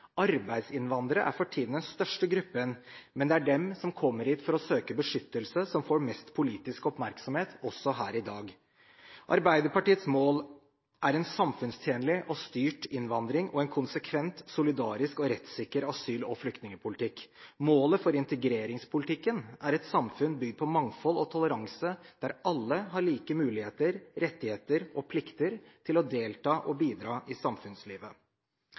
Arbeidsinnvandrere er for tiden den største gruppen, men det er de som kommer hit for å søke beskyttelse, som får mest politisk oppmerksomhet også her i dag. Arbeiderpartiets mål er en samfunnstjenlig og styrt innvandring og en konsekvent, solidarisk og rettssikker asyl- og flyktningpolitikk. Målet for integreringspolitikken er et samfunn bygd på mangfold og toleranse, der alle har like muligheter, rettigheter og plikter til å delta og bidra i samfunnslivet.